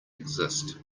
exist